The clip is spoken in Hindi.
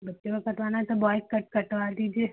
बच्चों का कटवाना है तो बॉय कट कटवा दीजिए